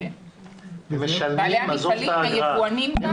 גם היבואנים.